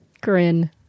grin